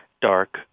dark